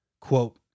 Quote